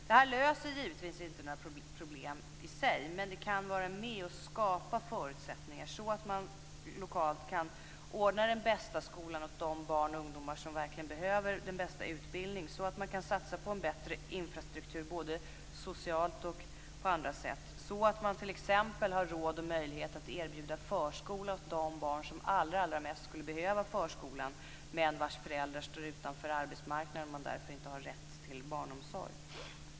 Det här löser givetvis inte några problem i sig, men det kan vara med och skapa förutsättningar så att man lokalt kan ordna den bästa skolan åt de barn och ungdomar som verkligen behöver den bästa utbildningen, så att man kan satsa på en bättre infrastruktur både socialt och på andra sätt, så att man t.ex. har råd och möjlighet att erbjuda förskola åt de barn som allra mest skulle behöva förskolan men vars föräldrar står utanför arbetsmarknaden och därför inte har rätt till barnomsorg.